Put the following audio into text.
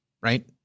Right